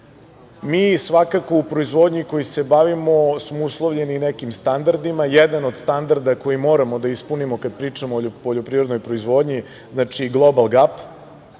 svakako u proizvodnji kojom se bavimo smo uslovljeni nekim standardima. Jedan od standarda koji moramo da ispunimo kada pričamo o poljoprivrednoj proizvodnji je Global GAP.